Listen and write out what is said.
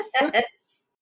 Yes